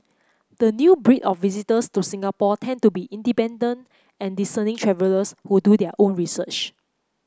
the new breed of visitors to Singapore tend to be independent and discerning travellers who do their own research